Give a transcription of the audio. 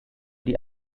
die